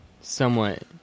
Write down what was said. somewhat